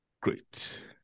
great